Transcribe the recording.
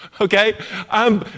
okay